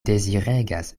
deziregas